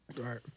Right